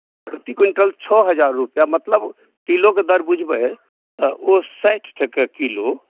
प्रति क़्विन्टल छओ हजार रुपैआ मतलब किलोके दर बुझबै तऽ ओ साठि टके किलो